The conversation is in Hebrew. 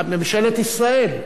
ממשלת ישראל.